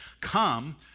come